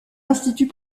institut